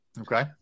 Okay